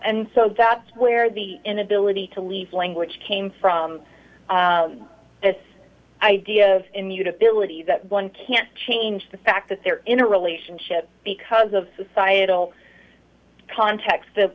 and so that's where the inability to leave language came from this idea of immutability that one can't change the fact that they're in a relationship because of societal context th